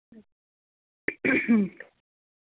अं